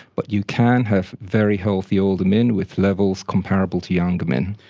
but you can have very healthy older men with levels comparable to younger men.